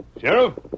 Sheriff